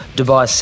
Dubai